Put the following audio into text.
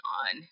on